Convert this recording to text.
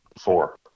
Four